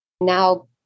now